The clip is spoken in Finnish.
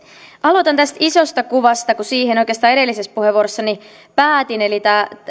aloitan tästä isosta kuvasta kun siihen oikeastaan edellisessä puheenvuorossani päätin eli